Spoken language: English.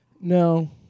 No